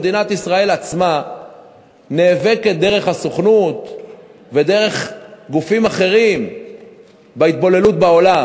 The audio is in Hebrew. מדינת ישראל עצמה נאבקת דרך הסוכנות ודרך גופים אחרים בהתבוללות בעולם,